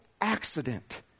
accident